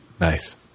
Nice